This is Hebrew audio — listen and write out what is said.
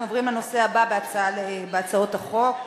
אנחנו עוברים לנושא הבא בהצעות החוק: